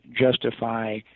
justify